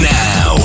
now